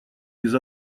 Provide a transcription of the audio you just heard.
без